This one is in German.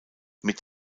mit